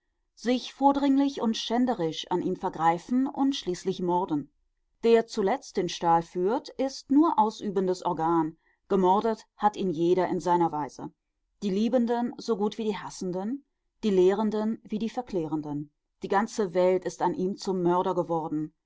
sich vordringlich und schänderisch an ihm vergreifen und schließlich morden der zuletzt den stahl führt ist nur ausübendes organ gemordet hat ihn jeder in seiner weise die liebenden so gut wie die hassenden die lehrenden wie die verklärenden die ganze welt ist an ihm zum mörder geworden